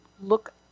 look